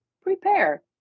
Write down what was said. prepare